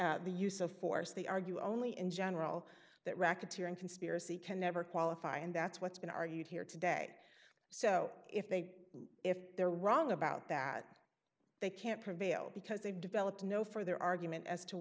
element the use of force they argue only in general that racketeering conspiracy can never qualify and that's what's been argued here today so if they if they're wrong about that they can't prevail because they've developed no for their argument as to